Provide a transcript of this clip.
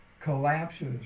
collapses